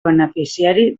beneficiari